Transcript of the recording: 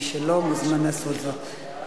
מי שלא, מוזמן לעשות זאת.